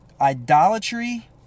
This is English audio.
Idolatry